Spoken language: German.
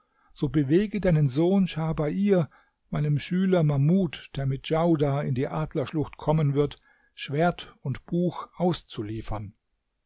so bewege deinen sohn schah bair meinem schüler mahmud der mit djaudar in die adlerschlucht kommen wird schwert und buch auszuliefern